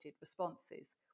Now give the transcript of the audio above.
responses